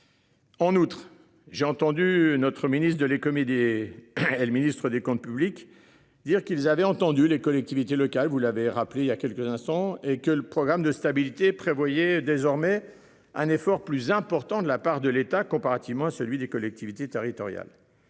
En outre, j'ai entendu notre ministre de les comédies. Et le ministre des Comptes publics. Dire qu'ils avaient entendu les collectivités locales, vous l'avez rappelé il y a quelques instants et que le programme de stabilité prévoyez désormais un effort plus important de la part de l'État, comparativement, celui des collectivités territoriales.